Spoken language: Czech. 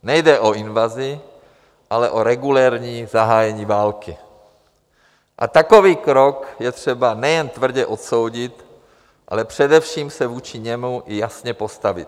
Nejde o invazi, ale o regulérní zahájení války, a takový krok je třeba nejen tvrdě odsoudit, ale především se vůči němu i jasně postavit.